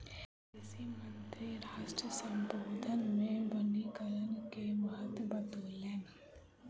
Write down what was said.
कृषि मंत्री राष्ट्र सम्बोधन मे वनीकरण के महत्त्व बतौलैन